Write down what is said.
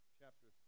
chapter